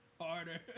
Harder